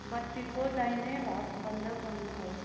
बत्तीको दाहिने भाग बन्द गर्नुहोस्